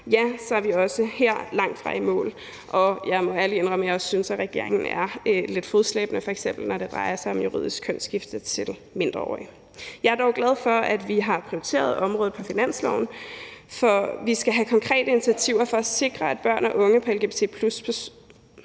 så er vi også her langtfra i mål, og jeg må ærligt indrømme, at jeg også synes, at regeringen er lidt fodslæbende, f.eks. når det drejer sig om juridisk kønsskifte til mindreårige. Jeg er dog glad for, at vi har prioriteret området på finansloven, for vi skal have konkrete initiativer for at sikre børn og unge og